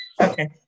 Okay